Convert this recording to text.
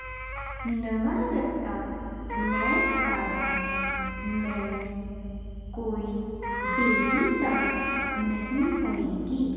ਨਵਾਂ ਰਸਤਾ ਲੈਣ ਕਾਰਨ ਮੈਨੂੰ ਕੋਈ ਦੇਰੀ ਤਾਂ ਨਹੀਂ ਹੋਵੇਗੀ